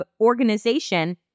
organization